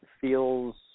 feels –